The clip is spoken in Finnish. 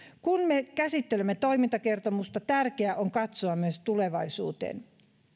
kun me käsittelemme toimintakertomusta tärkeää on katsoa myös tulevaisuuteen